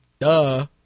Duh